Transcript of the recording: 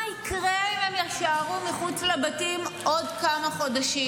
מה יקרה אם הם יישארו מחוץ לבתים עוד כמה חודשים?